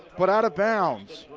but out of bounds.